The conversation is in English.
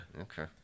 Okay